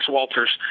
Walters